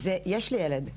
יש לי ילד.